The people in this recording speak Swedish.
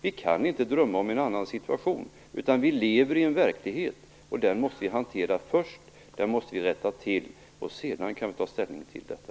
Vi kan inte drömma om en annan situation, utan vi lever i en verklighet som vi måste hantera och rätta till först. Sedan kan vi ta vi ställning till detta.